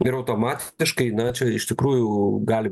ir automatiškai na čia iš tikrųjų gali